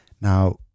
Now